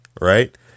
Right